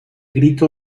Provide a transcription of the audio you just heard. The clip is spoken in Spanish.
grito